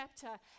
chapter